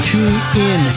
TuneIn